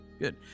Good